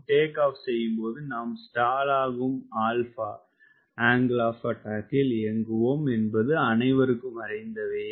take off செய்யும் போது நாம் ஸ்டாலாகும் ஆல்பா இயங்குவோம் என்பது அனைவரும் அறிந்தவையே